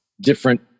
different